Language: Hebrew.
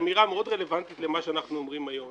אמירה מאוד רלוונטית למה שאנחנו אומרים היום,